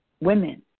women